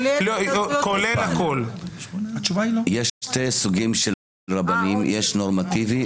יש שני סוגים של רבנים, יש נורמטיבי.